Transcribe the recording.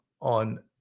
on